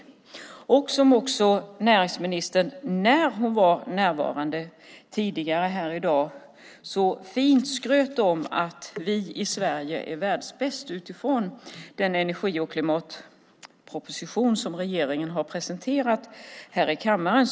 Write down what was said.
När näringsministern var närvarande här tidigare i dag skröt hon om att vi i Sverige är världsbäst utifrån den energi och klimatproposition som regeringen har presenterat här i kammaren.